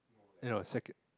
you know seco~